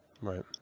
right